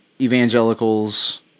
evangelicals